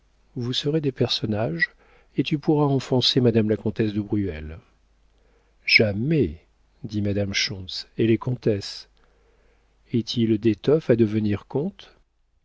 vous serez des personnages et tu pourras enfoncer madame la comtesse du bruel jamais dit madame schontz elle est comtesse est-il d'étoffe à devenir comte